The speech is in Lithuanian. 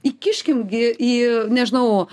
įkiškim gi į nežinau